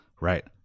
Right